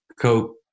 Coke